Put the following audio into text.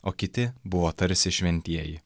o kiti buvo tarsi šventieji